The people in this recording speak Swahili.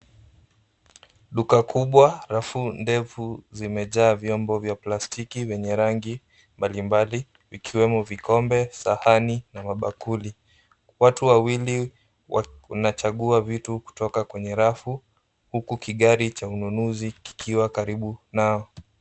Duka kubwa, rafu ndefu zimejaa vyombo vya plastiki vyenye rangi mbalimbali ikiwemo vikombe, sahani na mabakuli. Watu wawili wanachagua vitu kutoka kwenye rafu huku kigari cha ununuzi kikiwa karibu nao.